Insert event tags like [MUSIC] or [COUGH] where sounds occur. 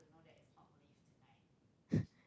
[BREATH]